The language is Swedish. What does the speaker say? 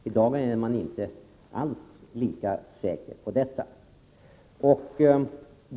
I dag är man inte alls lika säker på detta.